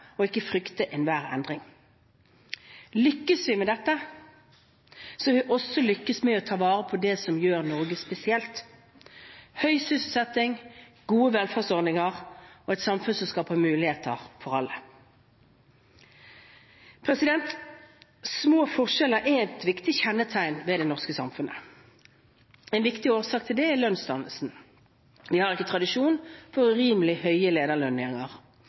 smartere, ikke frykte enhver endring. Lykkes vi med dette, vil vi også lykkes med å ta vare på det som gjør Norge spesielt – høy sysselsetting, gode velferdsordninger og et samfunn som skaper muligheter for alle. Små forskjeller er et viktig kjennetegn ved det norske samfunnet. En viktig årsak til det er lønnsdannelsen. Vi har ikke tradisjon for urimelig høye lederlønninger.